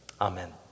Amen